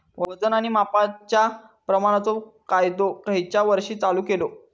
वजन आणि मापांच्या प्रमाणाचो कायदो खयच्या वर्षी चालू केलो?